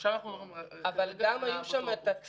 עכשיו אנחנו מדברים על האפוטרופוס.